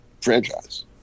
franchise